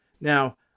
Now